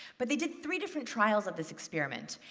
but they did three different trials of this experiment.